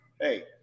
Hey